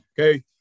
Okay